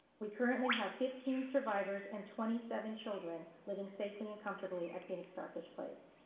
we currently have fifteen survivors and twenty seven children living safely and comfortably at phoenix starfish place.